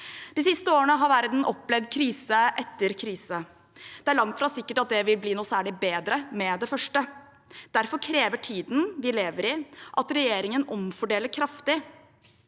De siste årene har verden opplevd krise etter krise. Det er langt fra sikkert at det vil bli noe særlig bedre med det første. Derfor krever tiden vi lever i, at regjeringen omfordeler kraftig